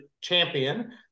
champion